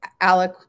Alec